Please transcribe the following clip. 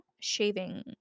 shaving